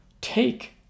take